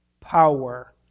power